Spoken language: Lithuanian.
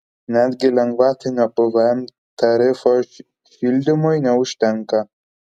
netgi lengvatinio pvm tarifo šildymui neužtenka